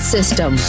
System